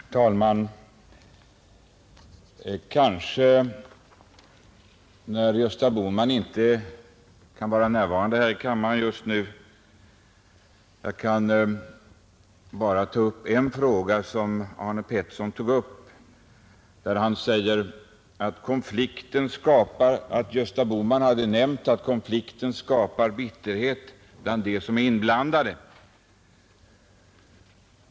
Herr talman! Eftersom Gösta Bohman inte kan vara närvarande i kammaren just nu skall jag ta upp ett par saker som herr Arne Pettersson nämnde. Han sade att Gösta Bohman hade nämnt att konflikten skapar bitterhet bland dem som är inblandade.